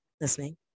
listening